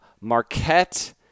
Marquette